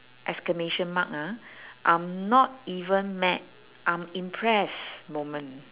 exclamation mark ah I'm not even mad I'm impressed moment